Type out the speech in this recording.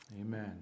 Amen